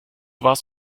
warst